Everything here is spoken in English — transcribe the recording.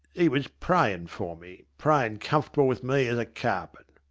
e was prayin for me prayin comfortable with me as a carpet.